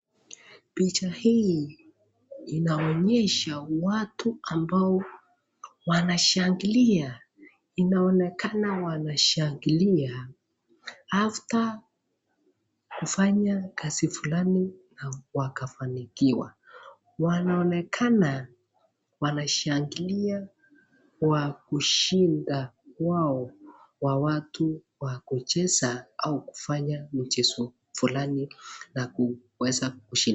Picha hii inaonyesha watu ambao wanashangilia, inaonekana wanashangilia after kufanya kazi fulani na wakafanikiwa wanaonekana wanashangilia kwa kushinda kwao kwa watu wa kucheza au kufanya mchezo fulani na kuweza kushinda.